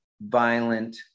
violent